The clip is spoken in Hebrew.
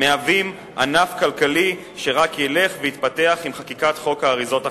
מהווים ענף כלכלי שרק ילך ויתפתח עם חקיקת חוק האריזות החדש,